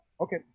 Okay